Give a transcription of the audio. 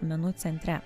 menų centre